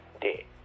day